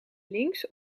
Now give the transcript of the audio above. links